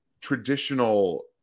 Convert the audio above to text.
traditional